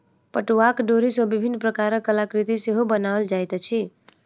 पटुआक डोरी सॅ विभिन्न प्रकारक कलाकृति सेहो बनाओल जाइत अछि